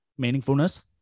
meaningfulness